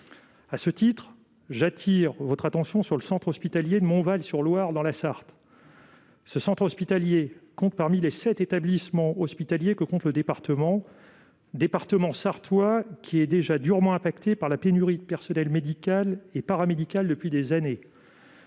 À ce titre, j'attire votre attention sur le centre hospitalier de Montval-sur-Loir, dans la Sarthe. Ce centre hospitalier compte parmi les sept établissements hospitaliers du département sarthois, lequel est déjà durement touché par la pénurie de personnel médical et paramédical depuis des années.